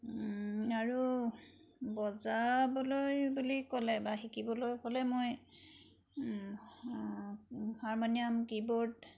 আৰু বজাবলৈ বুলি ক'লে বা শিকিবলৈ ক'লে মই হাৰমনিয়াম কিবৰ্ড